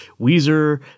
Weezer